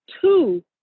two